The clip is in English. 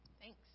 Thanks